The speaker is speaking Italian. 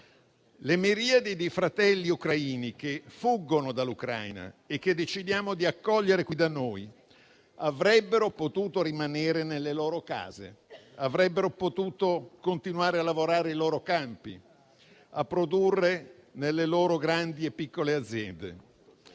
Le miriadi di fratelli ucraini che fuggono dall'Ucraina e che decidiamo di accogliere qui da noi avrebbero potuto rimanere nelle loro case; avrebbero potuto continuare a lavorare i loro campi e a produrre nelle loro grandi e piccole aziende.